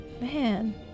man